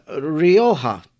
Rioja